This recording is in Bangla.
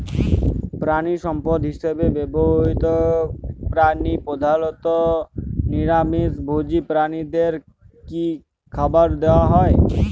প্রাণিসম্পদ হিসেবে ব্যবহৃত প্রাণী প্রধানত নিরামিষ ভোজী প্রাণীদের কী খাবার দেয়া হয়?